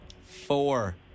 Four